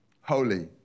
holy